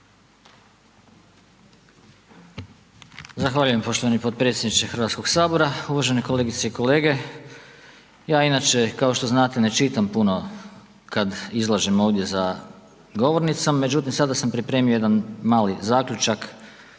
Zahvaljujem poštovani potpredsjedniče Hrvatskog sabora. Uvažene kolegice i kolege, ja inače kao što znate ne čitam puno kad izlažem ovdje za govornicom, međutim sada sam pripremio jedan mali zaključak